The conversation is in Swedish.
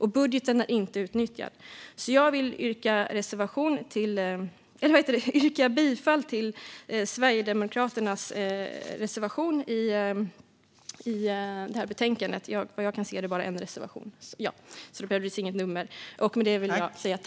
Budgeten är inte utnyttjad. Jag yrkar bifall till Sverigedemokraternas reservation i betänkandet.